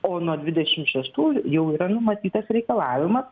o nuo dvidešim šeštųjų jau yra numatytas reikalavimas